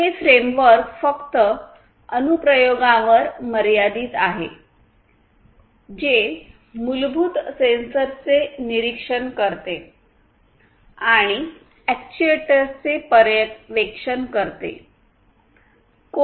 हे फ्रेमवर्क फक्त अनुप्रयोगांवर मर्यादित आहे जे मूलभूत सेन्सरचे निरीक्षण करते आणि अॅक्ट्युएटर्सचे पर्यवेक्षण करते